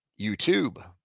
YouTube